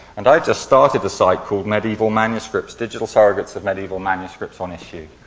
and i just started a site called medieval manuscripts, digital surrogates of medieval manuscripts on issuu.